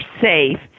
safe